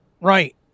Right